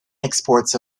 exports